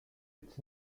its